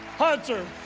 hunter.